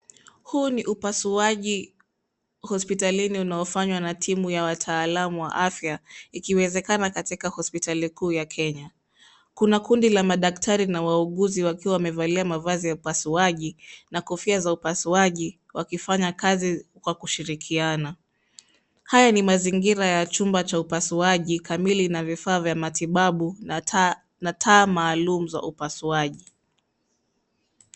Huu ni upasuaji hospitalini unaofanywa na timu ya wataalam wa afya; ikiwezekana katika hospitali kuu ya Kenya. Kuna kundi la madaktari na wauguzi wakiwa wamevalia mavazi ya upasuaji na kofia za upasuaji, wakifanya kazi kwa kushirikiana. Haya ni mazingira ya chumba cha upasuaji kamili na vifaa vya matibabu na taa maalum za upasuaji.